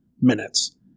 minutes